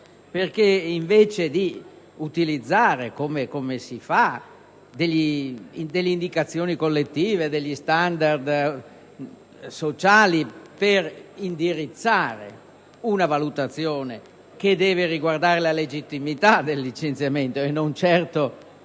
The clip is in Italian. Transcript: Noi non utilizziamo, come si dovrebbe fare, delle indicazioni collettive e degli standard sociali per indirizzare una valutazione che deve riguardare la legittimità del licenziamento (e non certo